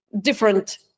different